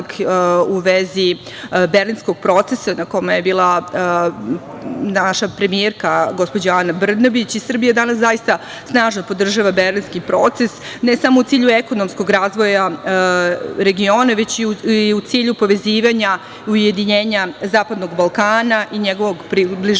u vezi berlinskog procesa na kome je bila naša premijerka gospođa Ana Brnabić i Srbija danas snažno podržava berlinski proces, ne samo u cilju ekonomskog razvoja regiona, već i u cilju povezivanja ujedinjenja Zapadnog Balkana i njegovog približavanja